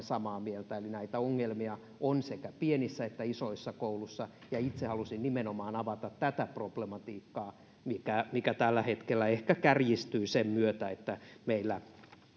samaa mieltä eli näitä ongelmia on sekä pienissä että isoissa kouluissa itse halusin nimenomaan avata tätä problematiikkaa mikä mikä tällä hetkellä ehkä kärjistyy sen myötä että meillä